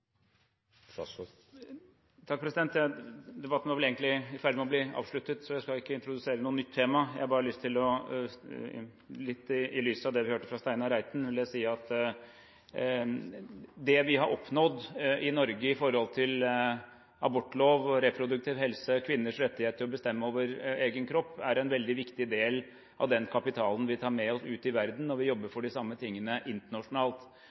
jeg skal ikke introdusere noe nytt tema. Jeg vil bare litt i lys av det vi hørte fra Steinar Reiten, si at det vi har oppnådd i Norge med tanke på abortlov og reproduktiv helse – kvinners rettigheter til å bestemme over egen kropp – er en veldig viktig del av den kapitalen vi tar med oss ut i verden, og vi jobber for de samme tingene internasjonalt.